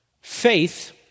Faith